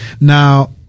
Now